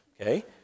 Okay